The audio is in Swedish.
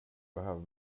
behöver